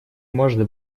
может